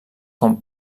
com